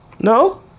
No